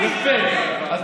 מה